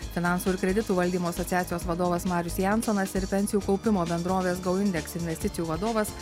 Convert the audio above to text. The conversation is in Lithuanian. finansų ir kreditų valdymo asociacijos vadovas marius jansonas ir pensijų kaupimo bendrovės go indeks investicijų vadovas